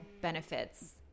benefits